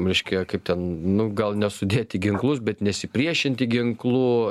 reiškia kaip ten nu gal ne sudėti ginklus bet nesipriešinti ginklų